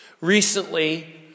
Recently